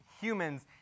humans